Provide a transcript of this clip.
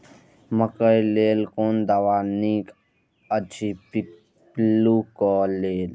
मकैय लेल कोन दवा निक अछि पिल्लू क लेल?